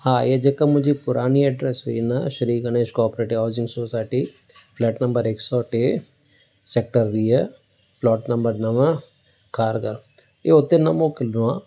हा इया जेकी मुंहिंजी पुराणी एड्रेस हुई न Shri Ganesh cooperative housing society flat number हिक सौ टे सेक्टर वीह प्लोट नम्बर नव खारगर इयो उते न मोकिलिणो आहे